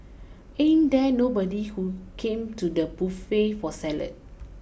ain't there nobody who came to the buffet for salad